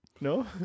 No